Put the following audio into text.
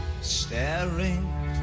Staring